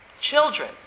Children